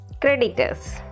creditors